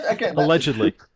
Allegedly